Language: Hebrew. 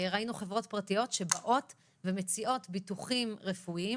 ראינו חברות פרטיות שבאות ומציעות ביטוחים רפואיים